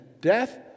death